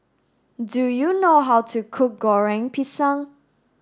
do you know how to cook Goreng Pisang